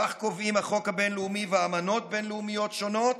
כך קובעים החוק הבין-לאומי ואמנות בין-לאומיות שונות,